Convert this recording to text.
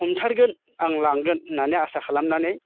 हमथारगोन आं लांगोन होननानै आसा खालामनानै